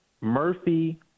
Murphy